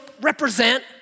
represent